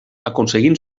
aconseguint